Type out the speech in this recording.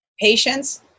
Patience